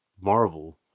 Marvel